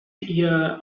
ihr